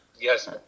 Yes